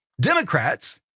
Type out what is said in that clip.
Democrats